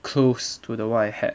close to the what I had